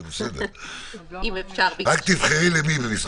עוד לא התחלנו.